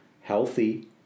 healthy